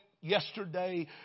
yesterday